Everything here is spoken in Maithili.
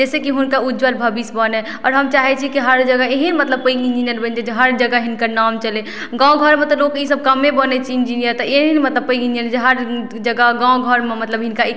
जाहि सऽ कि हुनकर उज्ज्वल भविष्य बनै आओर हम चाहै छी कि हर जगह एहेन मतलब पैघ इन्जीनियर बनतै जे हर जगह हिनकर नाम चलै गाँव घरमे तऽ लोक इसब कम्मे बनै छै इन्जीनियर तऽ एहेनमे तऽ पैघ इन्जीनियर जे हर जगह गाँव घरमे मतलब हिनकर